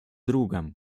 другом